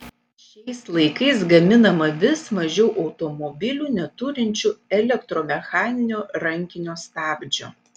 šiais laikais gaminama vis mažiau automobilių neturinčių elektromechaninio rankinio stabdžio